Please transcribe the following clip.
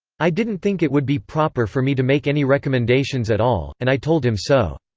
i didn't think it would be proper for me to make any recommendations at all, and i told him so.